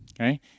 okay